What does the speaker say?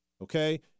okay